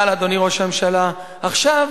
אבל, אדוני ראש הממשלה, עכשיו,